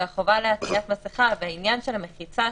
והחובה לעטיית מסכה והעניין של המחיצה,